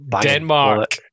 Denmark